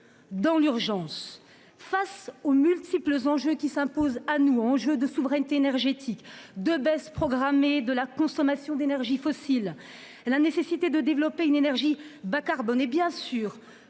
dans l'urgence, bien sûr ... Face aux multiples enjeux qui s'imposent à nous- la souveraineté énergétique, la baisse programmée de la consommation d'énergies fossiles, la nécessité de développer une énergie bas-carbone et, bien sûr,